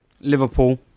Liverpool